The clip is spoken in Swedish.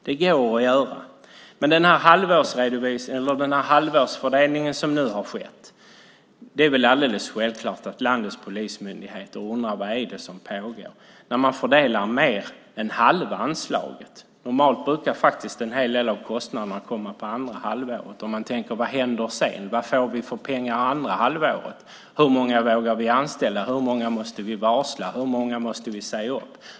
Men det är väl alldeles självklart att landets polismyndigheter undrar vad det är som pågår med den halvårsfördelning som nu har skett. Man fördelar ju mer än halva anslaget. Normalt brukar en hel del av kostnaderna komma på andra halvåret. De tänker: Vad händer sedan? Vad får vi för pengar andra halvåret? Hur många vågar vi anställa? Hur många måste vi varsla? Hur många måste vi säga upp?